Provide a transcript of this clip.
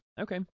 Okay